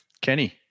Kenny